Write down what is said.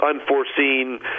unforeseen